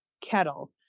kettle